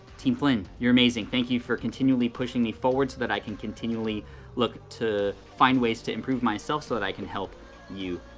team flynn, you're amazing. thank you for continually pushing me forward so that i can continually look to find ways to improve myself so that i can help you,